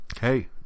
Hey